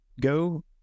go